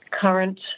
current